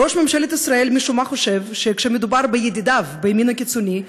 ראש ממשלת ישראל משום מה חושב שכשמדובר בידידיו בימין הקיצוני,